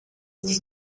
dos